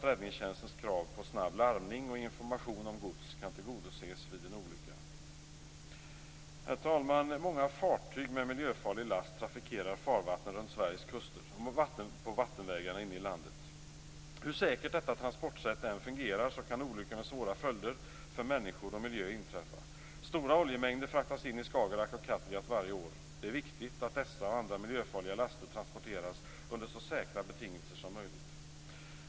Räddningstjänstens krav på snabb larmning och information om gods skulle därigenom tillgodoses vid en olycka. Herr talman! Många fartyg med miljöfarlig last trafikerar farvattnen runt Sveriges kuster och vattenvägarna inne i landet. Hur säkert detta transportsätt än fungerar kan olyckor med svåra följder för människor och miljö inträffa. Stora oljemängder fraktas in Skagerrak och Kattegatt varje år. Det är viktigt att dessa och andra miljöfarliga laster transporteras under så säkra betingelser som möjligt.